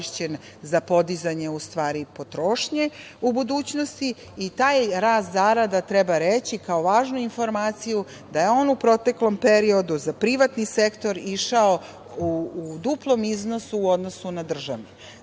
za podizanje potrošnje u budućnosti i taj rast zarada, treba reći kao važnu informaciju, da je on u proteklom periodu za privatni sektor išao u duplom iznosu u odnosu na